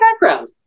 background